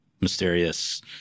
mysterious